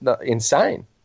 insane